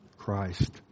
Christ